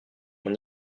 mon